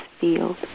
field